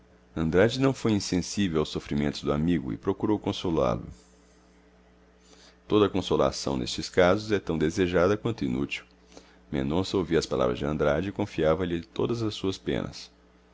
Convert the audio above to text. andrade não foi insensível aos sofrimentos do amigo e procurou consolá-lo toda a consolação nestes casos é tão desejada quanto inútil mendonça ouvia as palavras de andrade e confiava lhe todas as suas penas